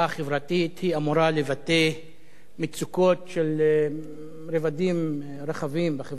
היא אמורה לבטא מצוקות של רבדים רחבים בחברה הישראלית.